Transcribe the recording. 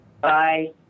Bye